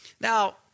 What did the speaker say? Now